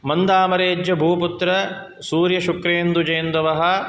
मन्दामरेज्य भूपुत्र सूर्यशुक्रेन्दुजेन्दवः